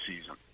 season